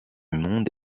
monde